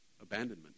abandonment